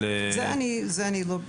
את זה אני לא בדקתי.